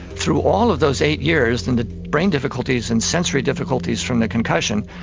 through all of those eight years and the brain difficulties and sensory difficulties from the concussion,